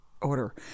order